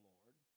Lord